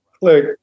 Click